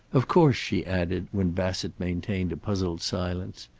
of course, she added, when bassett maintained a puzzled silence,